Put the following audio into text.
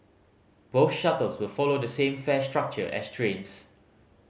both shuttles will follow the same fare structure as trains